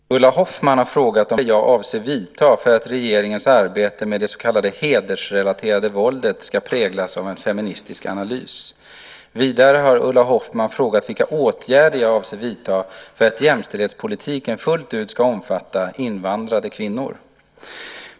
Herr talman! Ulla Hoffmann har frågat vilka åtgärder jag avser att vidta för att regeringens arbete med det så kallade hedersrelaterade våldet ska präglas av en feministisk analys. Vidare har Ulla Hoffmann frågat vilka åtgärder jag avser att vidta för att jämställdhetspolitiken fullt ut ska omfatta invandrade kvinnor.